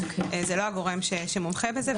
זה לא הגורם שמומחה בזה.